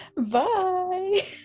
Bye